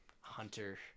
hunter